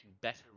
better